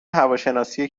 هواشناسی